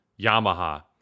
Yamaha